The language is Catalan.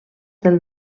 del